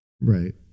Right